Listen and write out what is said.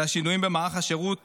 והשינויים במהלך השירות